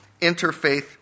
interfaith